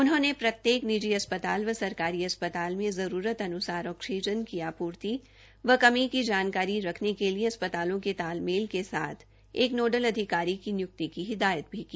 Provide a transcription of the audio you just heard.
उन्होंने प्रत्येक निजी अस्पताल व सरकारी अस्पताल में जरूरत अनुसार ऑक्सीजन की आपूर्ति व कमी की जानकारी रखने के लिए अस्पतालों के तालमेल के साथ एक नोडल् अधिकारी की नि्यक्ति की हिदायत भी की